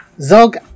Zog